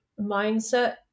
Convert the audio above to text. mindset